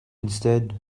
instead